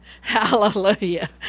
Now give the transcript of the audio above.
Hallelujah